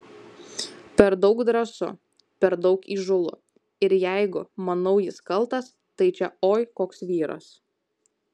per daug drąsu per daug įžūlu ir jeigu manau jis kaltas tai čia oi koks vyras